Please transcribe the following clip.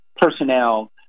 personnel